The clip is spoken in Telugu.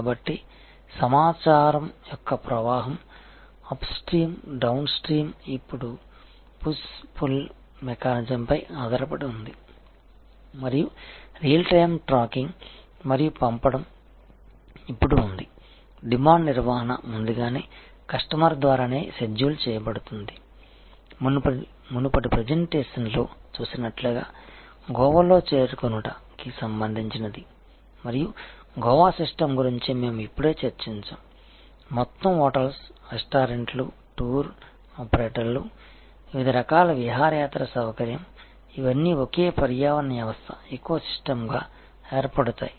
కాబట్టి సమాచారం యొక్క ప్రవాహం అప్స్ట్రీమ్ డౌన్స్ట్రీమ్ ఇప్పుడు పుష్ పుల్ మెకానిజంపై ఆధారపడి ఉంది మరియు రియల్ టైమ్ ట్రాకింగ్ మరియు పంపడం ఇప్పుడు ఉంది డిమాండ్ నిర్వహణ ముందుగానే కస్టమర్ ద్వారానే షెడ్యూల్ చేయబడుతుంది మునుపటి ప్రెజెంటేషన్లో చూసినట్లుగా గోవాలో చేరుకొనుట అరైవల్ కి సంబంచినది మరియు గోవా సిస్టమ్ గురించి మేము ఇప్పుడే చర్చించాము మొత్తం హోటల్స్ రెస్టారెంట్లు టూర్ ఆపరేటర్లు వివిధ రకాల విహారయాత్ర సౌకర్యం ఇవన్నీ ఒకే పర్యావరణ వ్యవస్థఎకోసిస్టం గా ఏర్పడుతాయి